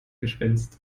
gespenst